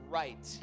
right